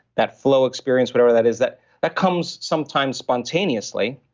that flow experience, whatever that is, that that comes sometimes spontaneously,